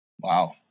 Wow